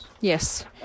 Yes